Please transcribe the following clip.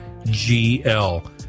GL